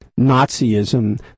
nazism